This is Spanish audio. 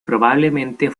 probablemente